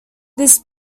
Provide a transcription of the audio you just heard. this